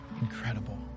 Incredible